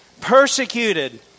Persecuted